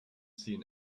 seen